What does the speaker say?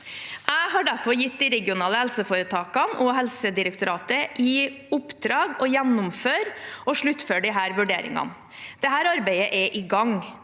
Jeg har derfor gitt de regionale helseforetakene og Helsedirektoratet i oppdrag å gjennomføre og sluttføre disse vurderingene. Dette arbeidet er i gang.